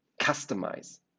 customize